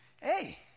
Hey